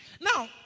Now